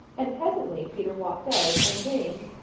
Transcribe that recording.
and presently peter walked out, and james,